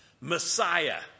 Messiah